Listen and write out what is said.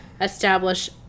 establish